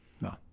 No